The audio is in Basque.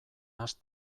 has